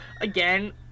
Again